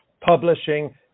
publishing